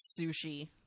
Sushi